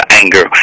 anger